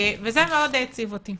וזה מאוד העציב אותי.